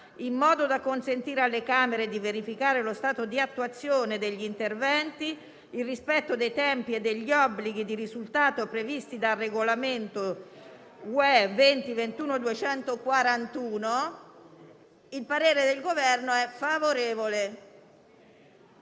in modo da consentire alle Camere di verificare lo stato di attuazione degli interventi, il rispetto dei tempi e degli obblighi di risultato previsti dal regolamento UE/2021/241».